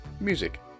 music